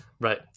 Right